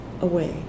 away